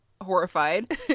horrified